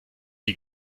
die